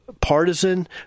partisan